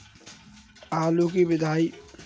आलू की सिंचाई के लिए कौन सी विधि सही होती है?